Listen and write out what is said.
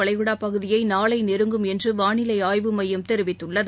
வளைகுடா பகுதியை நாளை நெருங்கும் என்று வானிலை ஆய்வு மையம் தெரிவித்துள்ளது